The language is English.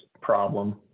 problem